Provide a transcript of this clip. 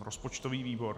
Rozpočtový výbor.